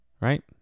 right